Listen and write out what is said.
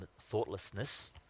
thoughtlessness